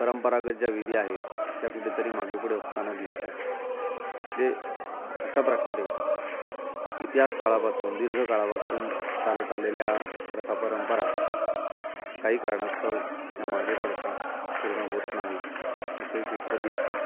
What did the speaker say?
परंपरागत ज्या विधी आहेत त्या कुठेतरी मागे पुढे होताना दिसतात जे अशा प्रकारे इतिहास काळापासून दीर्घकाळापासून चालत आलेल्या प्रथा परंपरा काही कारणास्तव ह्या मागे पडतात पूर्ण होत नाहीत असे चित्र दिसते